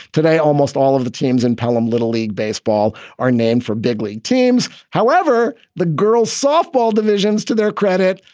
today, almost all of the teams in palam little league baseball are named for big league teams. however, the girls softball divisions, to their credit,